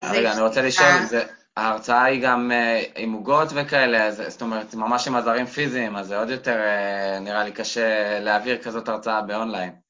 רגע, אני רוצה לשאול, ההרצאה היא גם עם עוגות וכאלה, זאת אומרת ממש עם עזרים פיזיים, אז זה עוד יותר נראה לי קשה להעביר כזאת הרצאה באונליין.